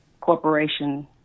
corporation